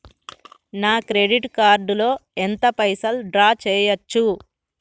నా credit card లో ఎంత పైసల్ డ్రా చేయచ్చు?